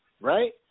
right